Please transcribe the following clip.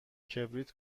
کبریت